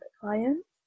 clients